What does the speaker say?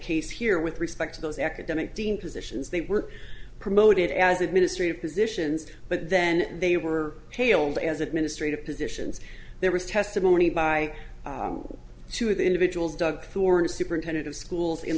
case here with respect to those academic dean position they were promoted as administrative positions but then they were hailed as administrative positions there was testimony by two of the individuals doug thornton superintendent of schools in